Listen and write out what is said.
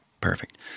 perfect